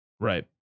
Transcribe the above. Right